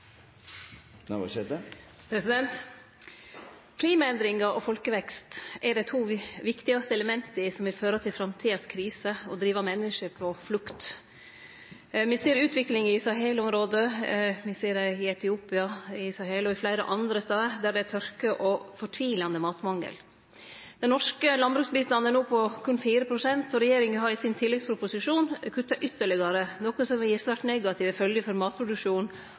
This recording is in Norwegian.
Klimaendringar og folkevekst er dei to viktigaste elementa som vil føre til framtidas kriser og drive menneske på flukt. Me ser utviklinga i Sahel-området, i Etiopia og fleire andre stader, der det er tørke og fortvilande matmangel. Den norske landbruksbistanden er no på berre 4 pst., og regjeringa har i sin tilleggsproposisjon kutta ytterlegare – noko som vil gi svært negative følgjer for